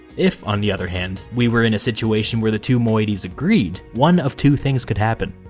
if, on the other hand, we were in a situation where the two moieties agreed, one of two things could happen.